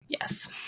Yes